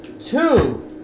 Two